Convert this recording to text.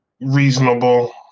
reasonable